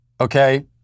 Okay